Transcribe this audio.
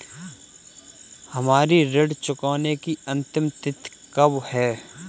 हमारी ऋण चुकाने की अंतिम तिथि कब है?